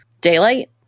daylight